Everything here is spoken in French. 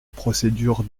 procédure